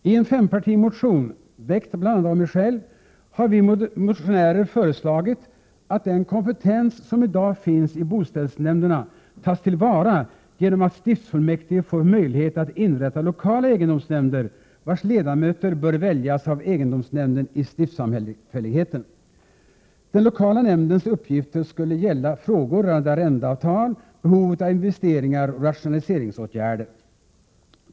I en fempartimotion, väckt av bl.a. mig själv, har vi motionärer föreslagit att den kompetens som i dag finns i boställsnämnderna tas till vara genom att stiftsfullmäktige får möjlighet att inrätta lokala egendomsnämnder, vilkas ledamöter bör väljas av egendomsnämnden i stiftssamfälligheten. Den lokala nämndens uppgifter skulle gälla frågor rörande arrendeavtal, behovet av investeringar och rationaliseringsåtgärder.